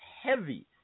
heavy